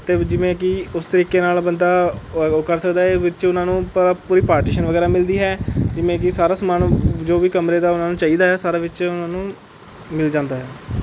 ਅਤੇ ਵ ਜਿਵੇਂ ਕਿ ਉਸ ਤਰੀਕੇ ਨਾਲ਼ ਬੰਦਾ ਓ ਉਹ ਕਰ ਸਕਦਾ ਹੈ ਵਿੱਚ ਉਹਨਾਂ ਨੂੰ ਪ ਪੂਰੀ ਪਾਰਟੀਸ਼ਨ ਵਗੈਰਾ ਮਿਲਦੀ ਹੈ ਜਿਵੇਂ ਕਿ ਸਾਰਾ ਸਮਾਨ ਜੋ ਵੀ ਕਮਰੇ ਦਾ ਉਹਨਾਂ ਨੂੰ ਚਾਹੀਦਾ ਹੈ ਸਾਰਾ ਵਿੱਚ ਉਹਨਾਂ ਨੂੰ ਮਿਲ ਜਾਂਦਾ ਹੈ